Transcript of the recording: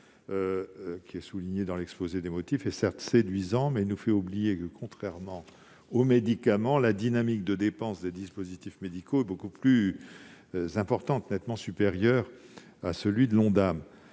des médicaments, souligné dans l'exposé des motifs, est certes séduisant, mais nous fait oublier que, contrairement aux médicaments, la dynamique de dépenses des dispositifs médicaux est beaucoup plus importante et nettement supérieure au barème de l'Ondam.